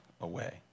away